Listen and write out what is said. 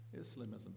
islamism